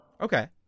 Okay